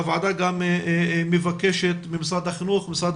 הוועדה מבקשת ממשרד החינוך וממשרד